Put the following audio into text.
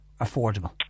affordable